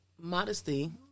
Modesty